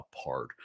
apart